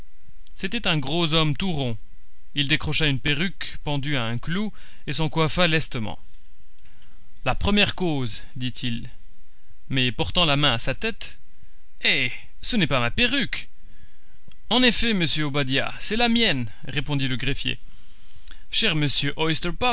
c'était un gros homme tout rond il décrocha une perruque pendue à un clou et s'en coiffa lestement la première cause dit-il mais portant la main à sa tête hé ce n'est pas ma perruque en effet monsieur obadiah c'est la mienne répondit le greffier cher monsieur